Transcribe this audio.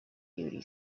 beauty